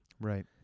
Right